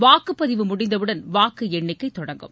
வாக்குப்பதிவு முடிந்தவுடன் வாக்கு எண்ணிக்கை தொடங்கும்